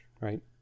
Right